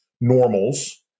normals